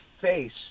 face